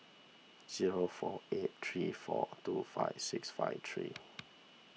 zero four eight three four two five six five three